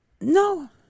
No